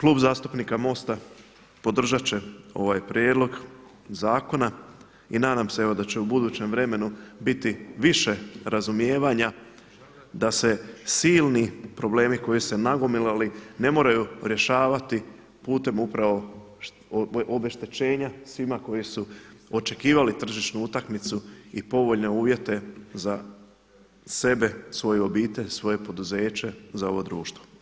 Klub zastupnika MOST-a podržati će ovaj prijedlog zakona i nadam se evo da će u budućem vremenu biti više razumijevanja da se silni problemi koji su se nagomilali ne moraju rješavati putem upravo obeštećenja svima koji su očekivali tržišnu utakmicu i povoljne uvjete za sebe, svoju obitelj, svoje poduzeće, za ovo društvo.